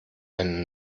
eine